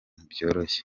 byoroshye